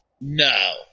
No